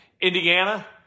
Indiana